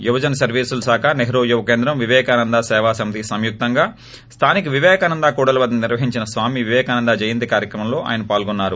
యువజన సర్వీసుల శాఖ నెహ్రూ యువ కేంద్రం విపేకానంద సేవా సమితి సంయుక్తంగా స్దానిక విపేకానంద కూడలీ వద్ద నిర్వహించిన స్వామి విపేకానంద జయంతి కార్యక్రమంలో ఆయన పాల్గొన్నారు